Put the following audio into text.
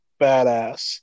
badass